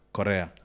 Korea